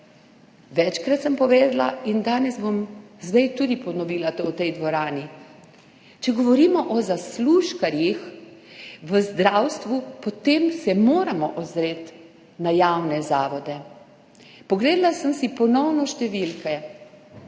Večkrat sem povedala in danes bom zdaj tudi ponovila to v tej dvorani: če govorimo o zaslužkarjih v zdravstvu, potem se moramo ozreti na javne zavode. Ponovno sem si pogledala številke,